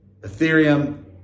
Ethereum